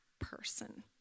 person